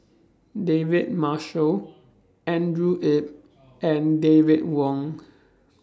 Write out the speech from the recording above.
David Marshall Andrew Yip and David Wong